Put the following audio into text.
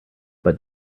but